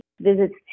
visits